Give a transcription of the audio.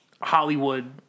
Hollywood